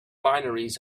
binaries